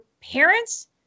parents